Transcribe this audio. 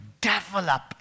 develop